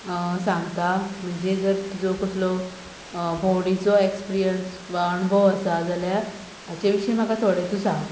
सांगता म्हणजे जर तुजो कसलो भोंवडिचो एक्सपिर्यन्स किंवा अणभव आसा जाल्यार हाचे विशीं म्हाका थोडे तूं सांग